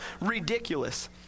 ridiculous